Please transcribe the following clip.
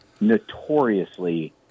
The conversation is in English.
notoriously